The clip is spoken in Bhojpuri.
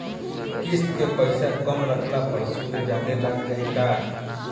किश्त के पैसा कम रखला पर सूद जादे लाग जायी का?